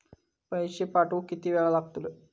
पैशे पाठवुक किती वेळ लागतलो?